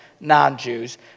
non-Jews